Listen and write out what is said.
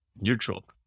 neutral